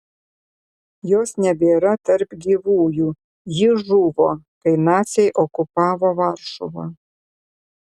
jos nebėra tarp gyvųjų ji žuvo kai naciai okupavo varšuvą